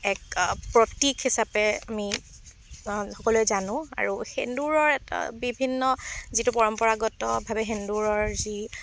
এক প্ৰতীক হিচাপে আমি সকলোৱে জানো আৰু সেন্দুৰৰ এটা বিভিন্ন যিটো পৰম্পৰাগতভাৱে সেন্দুৰৰ যি